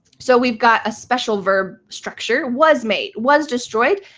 so we've got a special verb structure was made, was destroyed.